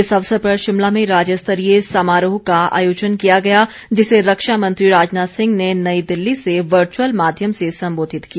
इस अवसर पर शिमला में राज्य स्तरीय समरोह का आयोजन किया गया जिसे रक्षा मंत्री राजनाथ सिंह ने नई दिल्ली से वर्चुअल माध्यम से संबोधित किया